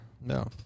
No